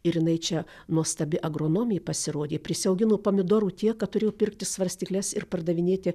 ir jinai čia nuostabi agronomė pasirodė prisiaugino pomidorų tiek kad turėjo pirkti svarstykles ir pardavinėti